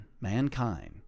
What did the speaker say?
mankind